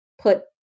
put